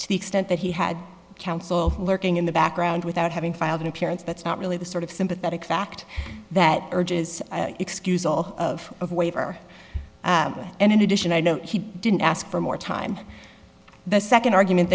to the extent that he had counsel lurking in the background without having filed an appearance that's not really the sort of sympathetic fact that urges excuse all of of waiver and in addition i know he didn't ask for more time the second argument